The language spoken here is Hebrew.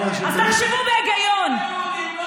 האם זה נראה לך הגיוני שבעיר שיש בה אוכלוסייה כזאת וכזאת,